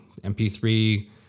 MP3